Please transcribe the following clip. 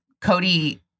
Cody